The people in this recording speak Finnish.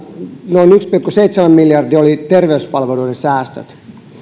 noin yksi pilkku seitsemän miljardia oli terveyspalveluiden säästöt